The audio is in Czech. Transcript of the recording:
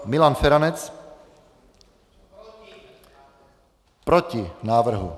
Milan Feranec: Proti návrhu.